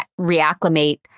reacclimate